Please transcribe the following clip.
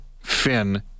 Finn